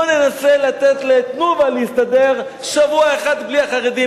בוא ננסה לתת ל"תנובה" להסתדר שבוע אחד בלי החרדים,